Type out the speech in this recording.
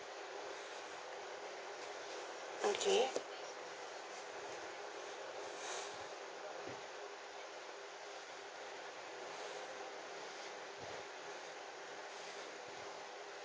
okay